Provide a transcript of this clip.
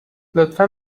لطفا